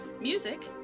music